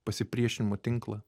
pasipriešinimo tinklą